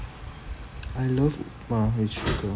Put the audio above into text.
I love upma with sugar